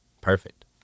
perfect